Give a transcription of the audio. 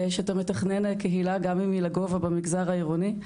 שאתה מתכנן קהילה גם אם היא לגובה במגזר העירוני,